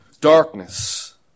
Darkness